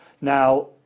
Now